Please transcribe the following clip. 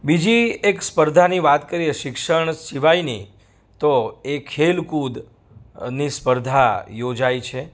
બીજી એક સ્પર્ધાની વાત કરીએ શિક્ષણ સિવાયની તો એ ખેલકૂદની સ્પર્ધા યોજાય છે